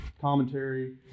commentary